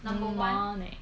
money